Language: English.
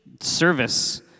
service